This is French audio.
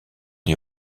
des